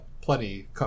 plenty